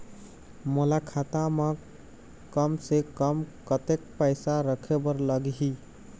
मोला खाता म कम से कम कतेक पैसा रखे बर लगही?